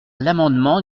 l’amendement